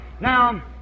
Now